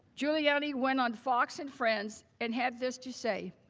giuliani went on fox and friends and had this to say.